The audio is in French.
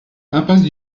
impasse